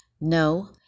No